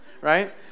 right